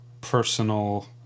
personal